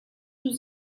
yüz